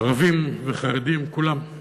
ערבים וחרדים, כולם.